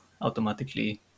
automatically